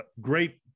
great